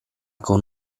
con